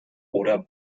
oder